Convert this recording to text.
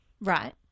Right